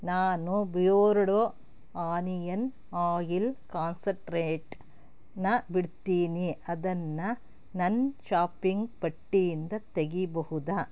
ನಾನು ಬಿಯೋರ್ಡು onion oil ಕಾನ್ಸೆಂಟ್ರೇಟನ್ನ ಬಿಡ್ತೀನಿ ಅದನ್ನು ನನ್ನ ಷಾಪಿಂಗ್ ಪಟ್ಟಿಯಿಂದ ತೆಗಿಬಹುದಾ